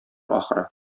ахыры